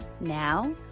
Now